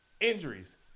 injuries